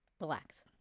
Relax